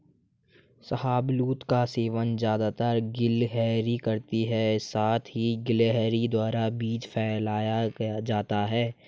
शाहबलूत का सेवन ज़्यादातर गिलहरी करती है साथ ही गिलहरी द्वारा बीज फैलाया जाता है